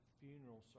funeral